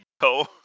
go